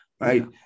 right